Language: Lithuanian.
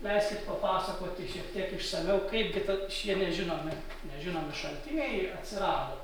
leiskit papasakoti šiek tiek išsamiau kaipgi ta šie nežinomai nežinomi šaltiniai atsirado